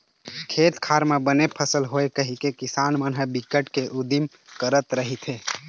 खेत खार म बने फसल होवय कहिके किसान मन ह बिकट के उदिम करत रहिथे